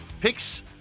picks